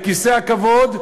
לכיסא הכבוד,